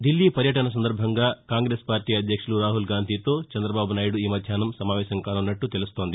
ధిల్లీ పర్యటన సందర్భంగా కాంగ్రెస్పార్టీ అధ్యక్షుడు రాహుల్గాంధీతో చందబాబు నాయుడు ఈ మధ్యాహ్నం సమావేశం కానున్నట్లు తెలుస్తోంది